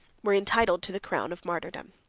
were entitled to the crown of martyrdom.